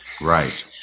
Right